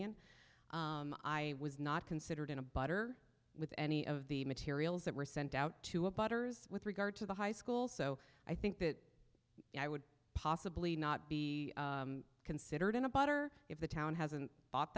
and i was not considered in a butter with any of the materials that were sent out to a potters with regard to the high school so i think that i would possibly not be considered in a potter if the town hasn't thought